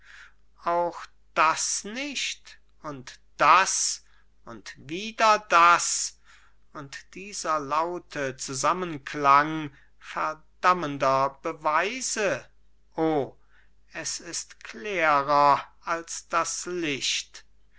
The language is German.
auch das nicht und das und wieder das und dieser laute zusammenklang verdammender beweise o es ist klärer als das licht